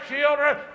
children